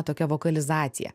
tokia vokalizacija